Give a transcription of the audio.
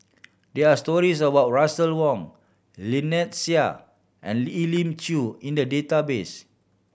there are stories about Russel Wong Lynnette Seah and Elim Chew in the database